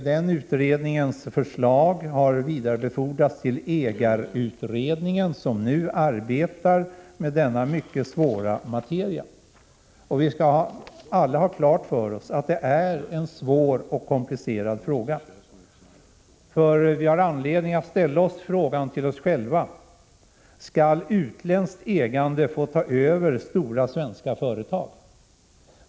Den utredningens förslag har vidarebefordrats till ägarutredningen, som nu arbetar med denna mycket svåra materia. Vi skall alla ha klart för oss att detta är en svår och komplicerad fråga. Vi har anledning att ställa oss själva frågan: Skall utländskt ägande få ta över stora svenska företag?